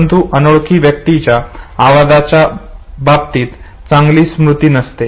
परंतु अनोळखी व्यक्तीच्या आवाजाच्या बाबतीत चांगली स्मृती नसते